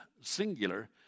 singular